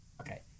Okay